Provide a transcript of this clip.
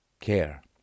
care